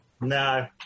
No